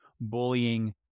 bullying